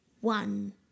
one